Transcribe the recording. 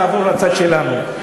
תעבור לצד שלנו,